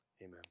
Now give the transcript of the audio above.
Amen